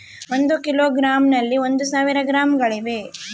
ಒಂದು ಕಿಲೋಗ್ರಾಂ ನಲ್ಲಿ ಒಂದು ಸಾವಿರ ಗ್ರಾಂಗಳಿವೆ